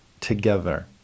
together